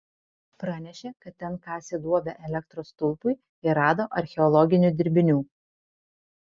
pranešė kad ten kasė duobę elektros stulpui ir rado archeologinių dirbinių